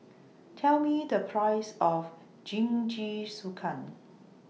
Tell Me The Price of Jingisukan